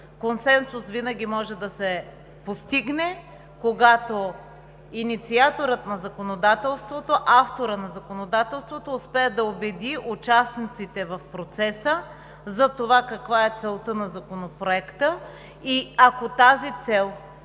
Консенсус винаги може да се постигне, когато инициаторът на законодателството, авторът на законодателството, успее да убеди участниците в процеса за това, каква е целта на Законопроекта. И ако тази цел е